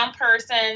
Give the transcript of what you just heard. person